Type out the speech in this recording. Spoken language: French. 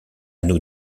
nous